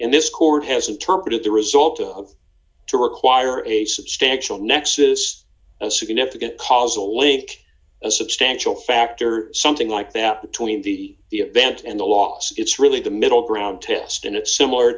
in this court has interpreted the result of to require a substantial nexus a significant causal link a substantial factor something like that between the event and the loss it's d really the middle ground test and it's similar